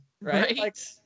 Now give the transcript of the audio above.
right